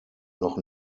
noch